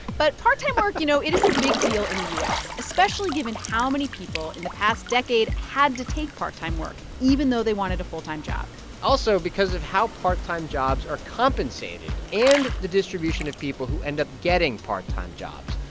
but part-time work, you know, it is a big deal in the u s, especially given how many people in the past decade had to take part-time work even though they wanted a full-time job also because of how part-time jobs are compensated and the distribution of people who end up getting part-time jobs.